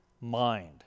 mind